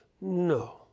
No